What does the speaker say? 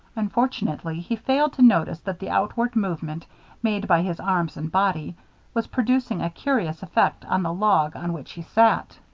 unfortunately, he failed to notice that the outward movement made by his arms and body was producing a curious effect on the log on which he sat.